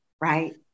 right